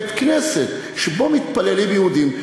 בית-כנסת שבו מתפללים יהודים,